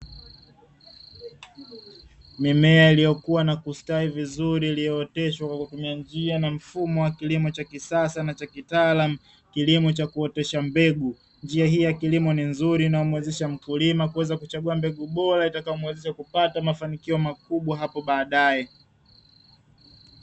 Mimea iliyokua na kustawi vizuri, iliyooteshwa kwa kutumia njia na mfumo wa kilimo cha kisasa na Cha kitaalamu, kilimo cha kuotesha mbegu. Njia hii ya kilimo ni nzuri, inayomwezesha mkulima kuweza kuchagua mbegu bora, itakayomwezesha kupata mafanikio makubwa hapo baadaye.